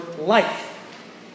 life